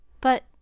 But